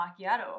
macchiato